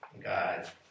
God